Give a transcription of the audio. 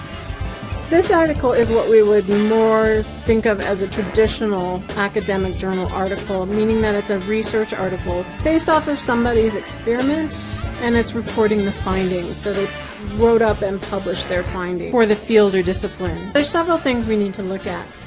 this article is what we would more think of as a traditional academic journal article meaning that it's a research article based off of somebody's experiments and it's reporting the findings. so they wrote up and published their findings for the field or discipline. there are several things we need to look at.